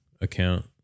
account